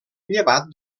llevat